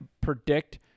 predict